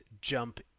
jump